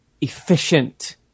efficient